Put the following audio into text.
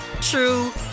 true